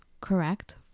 correct